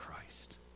Christ